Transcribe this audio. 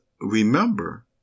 remember